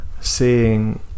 seeing